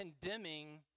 condemning